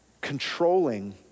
controlling